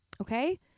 okay